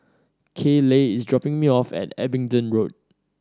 Kayleigh is dropping me off at Abingdon Road